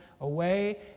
away